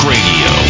Radio